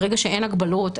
ברגע שאין הגבלות,